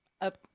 up